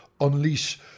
unleash